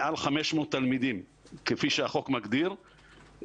מעל 500 תלמידים כפי שהחוק מגדיר,